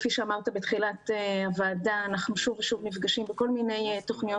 כפי שאמרת בתחילת הישיבה אנחנו שוב ושוב נפגשים בכל מיני תוכניות